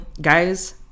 guys